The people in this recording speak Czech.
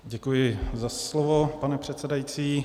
Děkuji za slovo, pane předsedající.